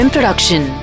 Production